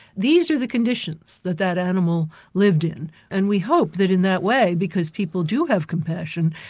these are the conditions that that animal lived in and we hope that in that way, because people do have compassion,